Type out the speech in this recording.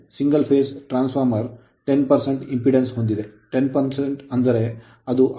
single phase transformer 10 impedance ಹೊಂದಿದೆ 10 ಅಂದರೆ ಅದು ಆಯಾಮರಹಿತವಾಗಿದೆ ಅಂದರೆ 0